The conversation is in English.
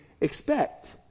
expect